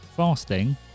Fasting